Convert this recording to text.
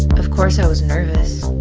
of course, i was nervous.